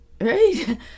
right